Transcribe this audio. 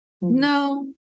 No